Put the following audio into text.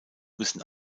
müssen